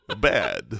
bad